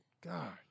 god